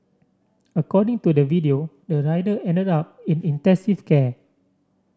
according to the video the rider ended up in intensive care